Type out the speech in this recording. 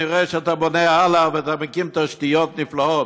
אני רואה שאתה בונה הלאה ואתה מקים תשתיות נפלאות.